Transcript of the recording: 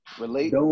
relate